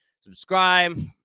Subscribe